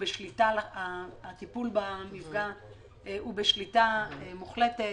הטיפול במפגע הוא בשליטה מוחלטת,